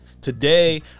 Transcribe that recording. Today